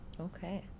Okay